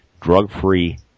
drug-free